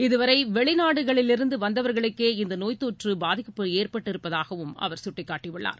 இதுவரை வெளிநாடுகளிலிருந்து வந்தவர்களுக்கே இந்த நோய்த்தொற்று பாதிக்கப்பட்டிருப்பதாகவும் அவர் சுட்டிக்காட்டியுள்ளார்